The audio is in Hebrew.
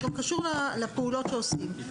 זה גם קשור לפעולות שעושים.